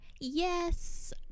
yes